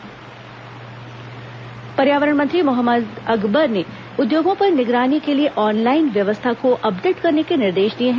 उद्योग ऑनलाईन व्यवस्था पर्यावरण मंत्री मोहम्मद अकबर ने उद्योगों पर निगरानी के लिए ऑनलाईन व्यवस्था को अपडेट करने के निर्देश दिए हैं